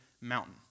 mountain